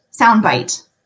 soundbite